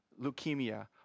leukemia